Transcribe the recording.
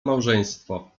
małżeństwo